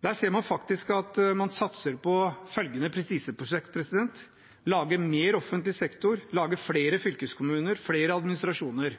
Der ser man faktisk at de satser på følgende prestisjeprosjekter: lage mer offentlig sektor, lage flere fylkeskommuner og flere administrasjoner.